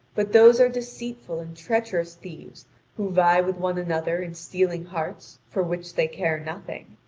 but those are deceitful and treacherous thieves who vie with one another in stealing hearts for which they care nothing.